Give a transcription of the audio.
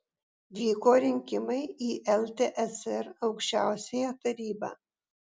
vyko rinkimai į ltsr aukščiausiąją tarybą